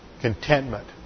contentment